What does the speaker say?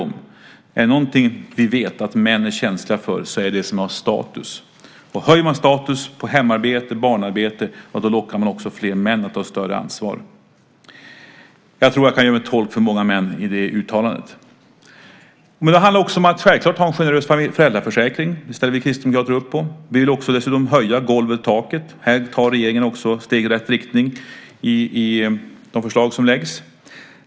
Om det är något vi vet att män är känsliga för är det för det som har status. Om man höjer statusen på hemarbete och arbete med barn lockar man också fler män att ta större ansvar. Jag tror att jag kan göra mig till tolk för många män i det uttalandet. Det handlar självklart också om att ha en generös föräldraförsäkring. Det ställer vi kristdemokrater upp på. Vi vill dessutom höja taket. Här tar regeringen också steg i rätt riktning i de förslag som läggs fram.